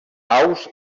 aus